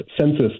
census